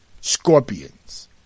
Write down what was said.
scorpions